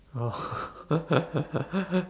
oh